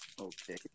Okay